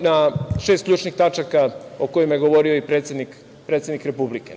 na šest ključnih tačaka o kojima je govorio i predsednik Republike.